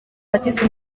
baptiste